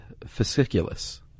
fasciculus